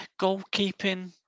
goalkeeping